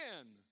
again